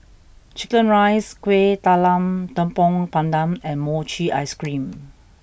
Chicken Rice Kueh Talam Tepong Pandan and Mochi Ice Cream